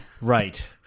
Right